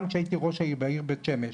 גם כשהייתי ראש העיר בבית שמש,